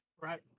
Right